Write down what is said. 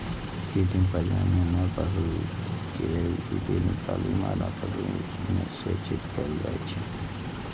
कृत्रिम प्रजनन मे नर पशु केर वीर्य निकालि मादा पशु मे सेचित कैल जाइ छै